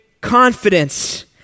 confidence